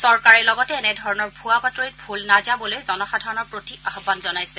চৰকাৰে লগতে এনেধৰণৰ ভূৱা বাতৰিত ভোল নাজাবলৈ জনসাধাৰণৰ প্ৰতি আহ্বান জনাইছে